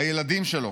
הילדים שלו.